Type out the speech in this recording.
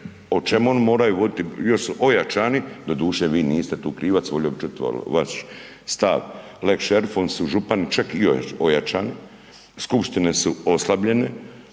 o čemu oni moraju voditi i još su ojačani, doduše vi niste tu krivac, volio bih čuti vaš stav, lex šerifi oni su župani čak i ojačani. Skupštine su oslabljene